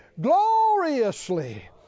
gloriously